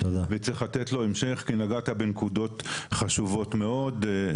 וצריך לתת לו המשך כי נגעת בנקודות חשובות מאוד.